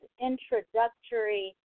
introductory